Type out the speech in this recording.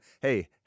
hey